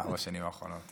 ארבע השנים האחרונות.